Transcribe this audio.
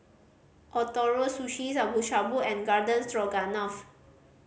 Ootoro Sushi Shabu Shabu and Garden Stroganoff